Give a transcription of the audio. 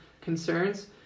concerns